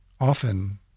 often